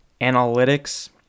analytics